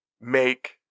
make